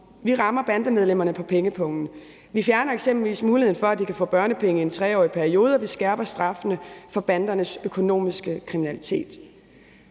Vi rammer bandemedlemmerne på pengepungen. Vi fjerner eksempelvis muligheden for, de kan få børnepenge i en 3-årig periode, og vi skærper straffene for bandernes økonomiske kriminalitet.